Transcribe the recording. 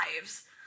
lives